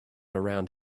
around